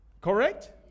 Correct